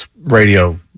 radio